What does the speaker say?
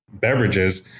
beverages